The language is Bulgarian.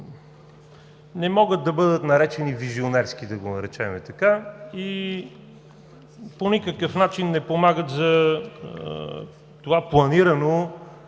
не могат да бъдат наречени визионерски, така да ги наречем, и по никакъв начин не помагат за планираното